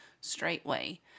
straightway